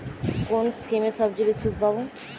কোন স্কিমে সবচেয়ে বেশি সুদ পাব?